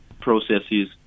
processes